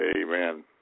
Amen